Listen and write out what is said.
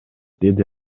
деди